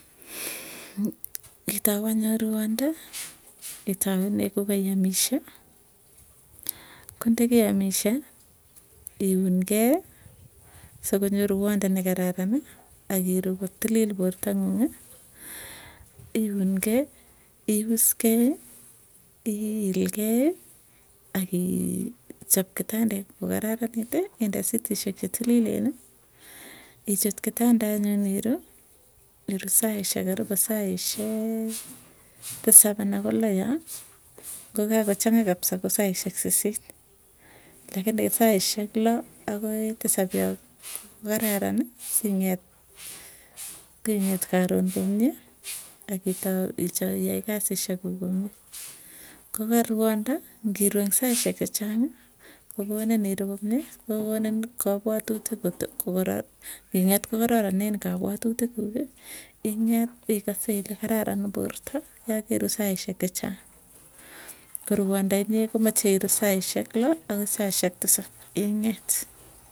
Kitap anyor ruando itaune kokaiamishe, konekeamishe iunkei sokonmyo ruanda nekararani akiru kotilil porta nguung'i. Iunkei iuskei iilkei akii chop kitandet kokararaniti inde sitisiek chetilileni, ichut kitanda anyun iruu iruu saisyek karipu saisyek tisap ana ko loo yoo ngokakochang'a kapsa ko saisyek sisit. Lakini saisyek loo, akoi tisap yoo kokararani sing'et sing'et karon komie, akitau iai kasisyek kuuk komie. Koka ruanda ngiruu eng saisyek chechang'i kokonin iruu komie kokonin kapwatik, nging'et ko kararanen kapwatutik kuuki ing'et ikase ile kararan porta yakeru saisyek chechang ko ruanda inyee komache iruu saisyek loo akoi saisyek tisa ing'et.